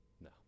No